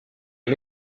est